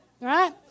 right